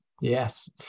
Yes